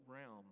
realm